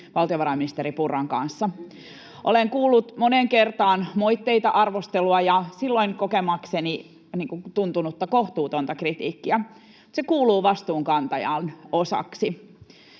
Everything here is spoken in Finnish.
valtiovarainministeri Purran kanssa. Olen kuullut moneen kertaan moitteita, arvostelua ja silloin koettuna kohtuuttomaksi tuntunutta kritiikkiä. Se kuuluu vastuunkantajan osaksi.